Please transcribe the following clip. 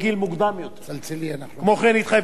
התחייבו המשרדים האמורים להגמיש את